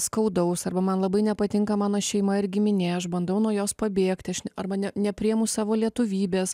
skaudaus arba man labai nepatinka mano šeima ir giminė aš bandau nuo jos pabėgti arba ne nepriimu savo lietuvybės